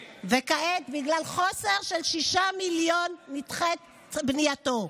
וכעת, בגלל חוסר של 6 מיליון, נדחית בנייתו.